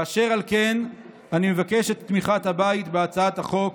אשר על כן, אני מבקש את תמיכת הבית בהצעת החוק.